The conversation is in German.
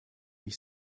mich